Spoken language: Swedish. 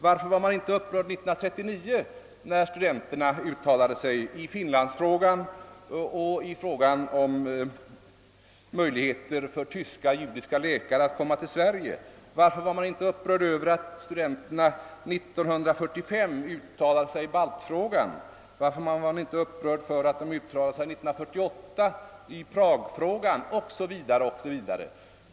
Varför var man inte upprörd år 1939 när studenterna uttalade sig i finlandsfrågan och i frågan om möjlighet för tyska judiska läkare att komma till Sverige? Varför var man inte upprörd över att studenterna år 1945 uttalade sig i baltfrågan? Varför var man inte upprörd över att de uttalade sig år 1948 i Prag-frågan, 0. s. v.?